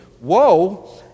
woe